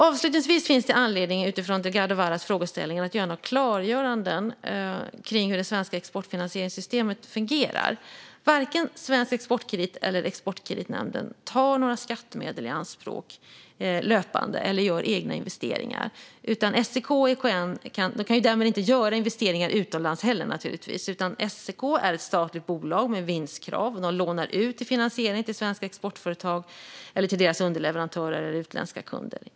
Avslutningsvis finns det utifrån Delgado Varas frågeställningar anledning att göra några klargöranden kring hur det svenska exportfinansieringssystemet fungerar. Varken Svensk Exportkredit eller Exportkreditnämnden tar några skattemedel i anspråk löpande eller gör egna investeringar. SEK och EKN kan därmed naturligtvis inte heller göra några investeringar utomlands. SEK är ett statligt bolag med vinstkrav som lånar ut finansiering till svenska exportföretag, deras underleverantörer och utländska kunder.